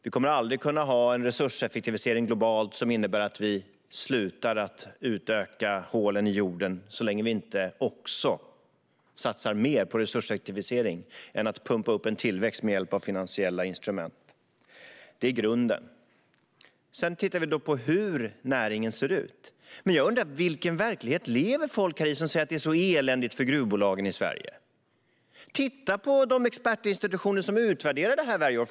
Vi kommer aldrig att kunna ha en resurseffektivisering globalt som innebär att vi slutar att utöka hålen i jorden så länge vi inte också satsar mer på resurseffektivisering än på att pumpa upp en tillväxt med hjälp av finansiella instrument. Det är grunden. Sedan tittar vi på hur näringen ser ut. Vilken verklighet lever människor i som säger att det är så eländigt för gruvbolagen i Sverige? Titta på de expertinstitutioner som utvärderar det varje år.